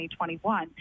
2021